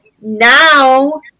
now